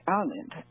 island